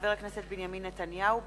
חבר הכנסת בנימין נתניהו,